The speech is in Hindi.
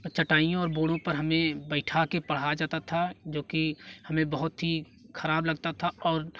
और चटाइयों और बोड़ो पर हमें बैठा के पढ़ाया जाता था जो कि हमें बहुत ही खराब लगता था और